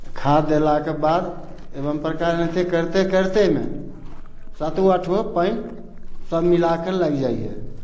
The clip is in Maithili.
खाद देलाके बाद एवं प्रकारे एनाहिते कैरते कैरते ने सातो आठो पानि सब मिलाके लागि जाइया